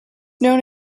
known